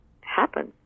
happen